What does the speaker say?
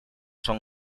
son